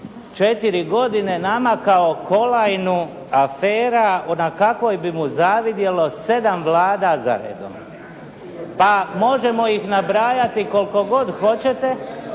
prvih 4 godine namakao kolajnu afera na kakvoj bi mu zavidjelo 7 vlada za redom, pa možemo ih nabrajati koliko hoćete.